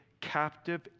captive